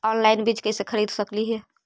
Online बीज कईसे खरीद सकली हे?